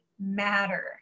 matter